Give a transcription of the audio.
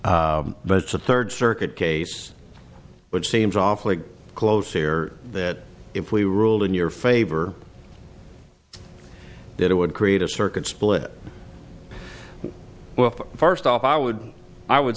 but it's a third circuit case which seems awfully close here that if we ruled in your favor that it would create a circuit split well first off i would i would